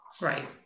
Right